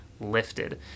lifted